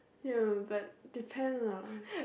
ya but depend lah